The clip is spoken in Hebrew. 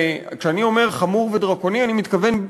וכשאני אומר "חמור" ו"דרקוני" אני מתכוון,